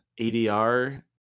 ADR